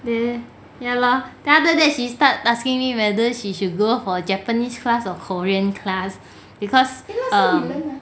then ya lor then after that she start asking me whether she should go for japanese class or korean class because